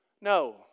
No